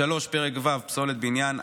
פרק ו' פסולת בניין,